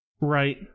Right